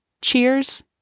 Cheers